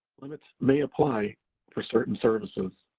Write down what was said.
limits may apply for certain services.